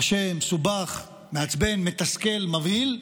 קשה, מסובך, מעצבן, מתסכל, מבהיל,